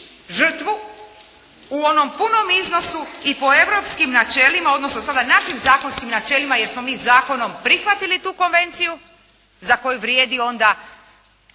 žrtvu u onom punom iznosu i po europskim načelima odnosno sada našim zakonskim načelima jer smo mi zakonom prihvatili tu konvenciju za koju vrijedi onda